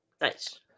Nice